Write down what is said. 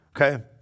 Okay